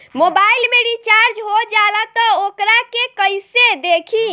Mobile में recharge हो जाला त वोकरा के कइसे देखी?